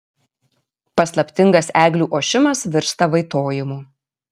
paslaptingas eglių ošimas virsta vaitojimu